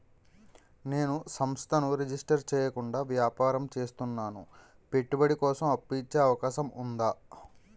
నేను సంస్థను రిజిస్టర్ చేయకుండా వ్యాపారం చేస్తున్నాను పెట్టుబడి కోసం అప్పు ఇచ్చే అవకాశం ఉందా?